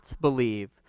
believe